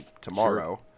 tomorrow